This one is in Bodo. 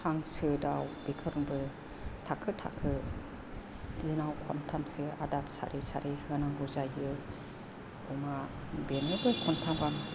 हांसो दाउ बेफोरनोबो थाखो थाखो दिनाव खनथामसो आदार सारै सारै होनांगौ जायो अमा बेनोबो खन्थाम आं